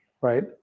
right